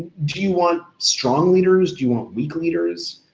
do you want strong leaders, do you want weak leaders?